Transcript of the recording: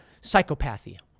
psychopathy